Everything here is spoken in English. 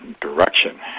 direction